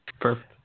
Perfect